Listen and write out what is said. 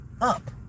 up